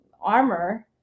armor